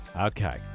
Okay